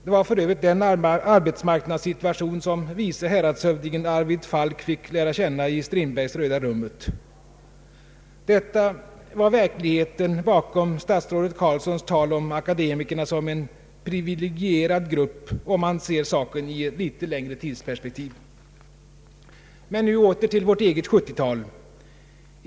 Det var för övrigt den arbetsmarknadssituation som vice häradshövdingen Arvid Falk fick lära känna i Strindbergs Röda rummet. Detta var verkligheten bakom statsrådet Carlssons tal om akademikerna som en privilegierad grupp, om man ser saken i ett litet längre tidsperspektiv. Men nu åter till vårt eget 1970-tal.